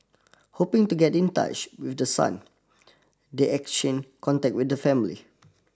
hoping to get in touch with the son they exchange contact with the family